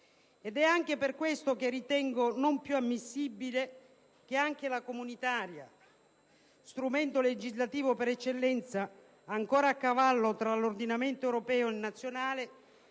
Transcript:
È anche per questo che ritengo non più ammissibile che anche la legge comunitaria, strumento legislativo per eccellenza ancora a cavallo tra l'ordinamento europeo e quello nazionale,